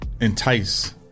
entice